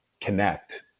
connect